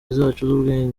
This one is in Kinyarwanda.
zacu